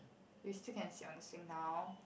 you still can sit on a swing now